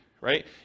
right